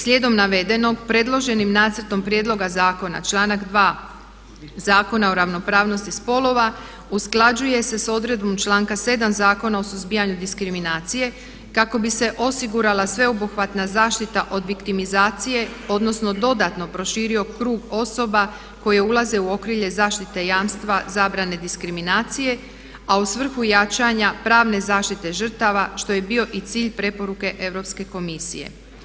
Slijedom navedenog, predloženim Nacrtom prijedloga zakona članak 2. Zakona o ravnopravnosti spolova usklađuje se sa odredbom članka 7. Zakona o suzbijanju diskriminacije kako bi se osigurala sveobuhvatna zaštita od viktimizacije, odnosno dodatno proširio krug osoba koje ulaze u okrilje zaštite jamstva, zabrane diskriminacije, a u svrhu jačanja pravne zaštite žrtava što je bio i cilj preporuke Europske komisije.